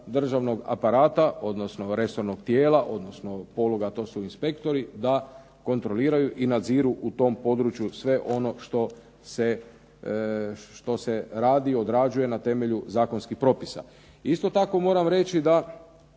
državnog aparata, odnosno resornog tijela, odnosno poluga, a to su inspektori da kontroliraju i nadziru u tom području sve ono što se radi i odrađuje na temelju zakonskih propisa. Isto tako moram reći da